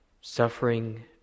suffering